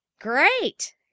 Great